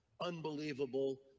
unbelievable